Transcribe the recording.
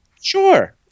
Sure